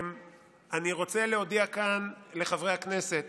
אני רוצה להודיע כאן לחברי הכנסת